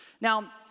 Now